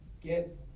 get